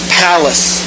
palace